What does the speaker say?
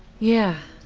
yeah.